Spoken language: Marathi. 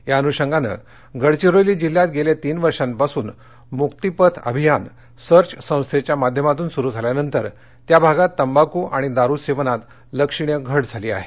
या अनुशंगानं गडचिरोली जिल्ह्यात गेले तीन वर्षापासून मुक्तीपथ अभियान सर्व संस्थेच्या माध्यमातून सुरु झाल्यानंतर त्या भागात तंबाकू आणि दारू सेवनात लक्षणीय घट झाली आहे